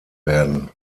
werden